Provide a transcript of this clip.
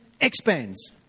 expands